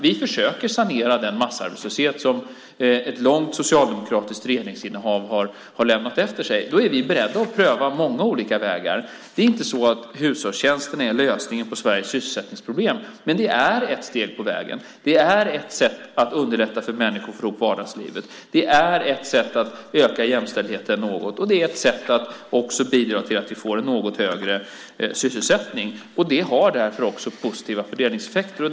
Vi försöker att sanera den massarbetslöshet som ett långt socialdemokratiskt regeringsinnehav har lämnat efter sig. Vi är beredda att pröva många olika vägar. Det är inte så att hushållstjänster är en lösning på Sveriges sysselsättningsproblem. Men det är ett steg på vägen. Det är ett sätt att underlätta för människor att få ihop vardagslivet. Det är ett sätt att öka jämställdheten något. Det är också ett sätt att bidra till att vi får en något högre sysselsättning. Det har därför också positiva fördelningseffekter.